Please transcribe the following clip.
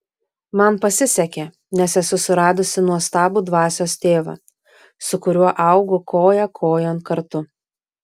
man pasisekė nes esu suradusi nuostabų dvasios tėvą su kuriuo augu koja kojon kartu